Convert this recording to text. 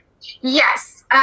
Yes